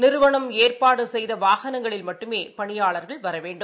நிறுவனம் ஏற்பாடுசெய்தவாகனங்களில் மட்டுமேபணியாளர்கள் வரவேண்டும்